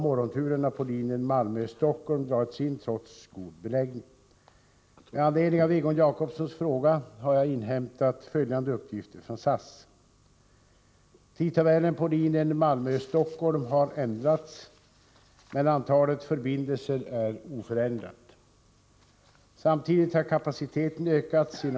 Med anledning av Egon Jacobssons fråga har jag inhämtat följande uppgifter från SAS.